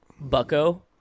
bucko